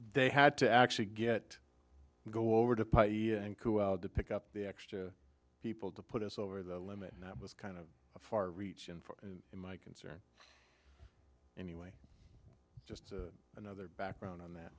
they had to actually get go over to pick up the extra people to put us over the limit and that was kind of a far reaching for my concern anyway just another background on that